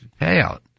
payout